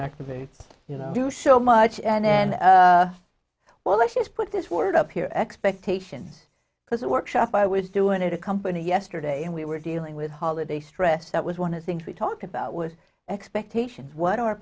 activates you know do so much and then well let's just put this word up here expectations because a workshop i was doing at a company yesterday and we were dealing with holiday stress that was one of things we talked about was expectations what